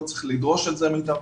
לא צריך לדרוש את זה מאיתנו.